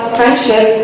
friendship